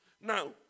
Now